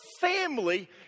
family